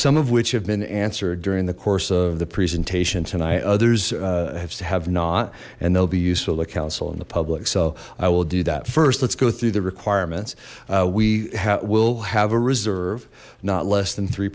some of which have been answered during the course of the presentations and i others have to have not and they'll be useful to counsel in the public so i will do that first let's go through the requirements we have we'll have a reserved not less than three